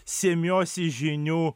semiuosi žinių